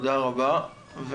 תודה רבה, אבנר.